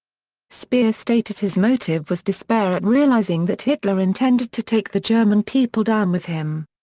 speer stated his motive was despair at realising that hitler intended to take the german people down with him.